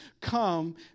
come